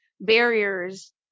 barriers